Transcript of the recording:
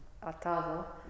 atado